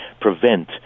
prevent